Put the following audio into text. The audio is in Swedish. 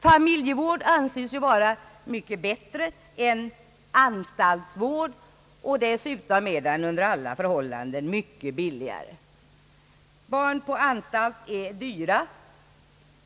Familjevård anses ju vara mycket bättre än anstaltsvård, och dessutom är den under alla förhållanden mycket billi gare. Barn på anstalt är dyra.